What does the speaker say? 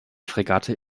fregatte